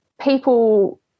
people